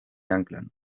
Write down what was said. anclan